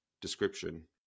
description